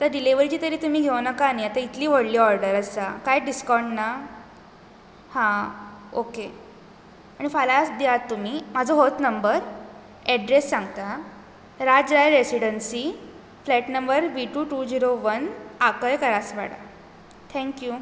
आतां डिलिवरीची तरी तुमी घेवं नाका न्ही आतां इतली व्हडली ऑर्डर आसा कांय डिसकाउंट ना हा ओके आनी फाल्यांच दियात तुमी म्हाजो होच नंबर एड्रेस सांगतां Rajrai residency flat number B two two zero one Kharaswada thank you